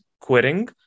quitting